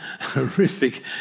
horrific